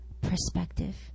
perspective